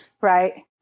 right